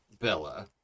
Bella